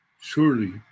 Surely